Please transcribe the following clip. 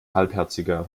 halbherziger